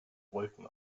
wolken